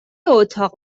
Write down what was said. اتاق